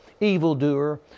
evildoer